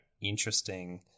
interesting